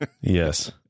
Yes